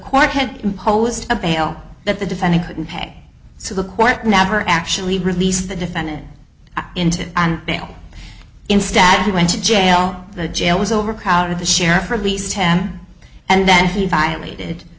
court had imposed a bail that the defendant couldn't pay so the court never actually released the defendant into on bail instead he went to jail the jail was overcrowded the sheriff released him and then he violated